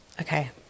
Okay